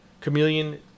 Chameleon